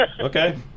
Okay